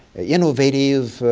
innovative,